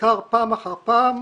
ונדקר פעם אחר פעם